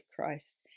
Christ